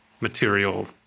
material